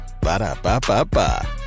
Ba-da-ba-ba-ba